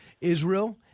Israel